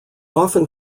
often